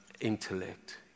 intellect